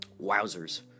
wowzers